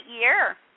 year